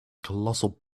colossal